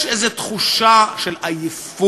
יש איזה תחושה של עייפות,